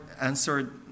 answered